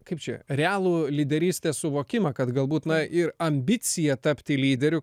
kaip čia realų lyderystės suvokimą kad galbūt na ir ambicija tapti lyderiu